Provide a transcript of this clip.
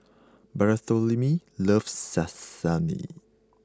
Bartholomew loves Salami